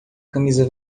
camisa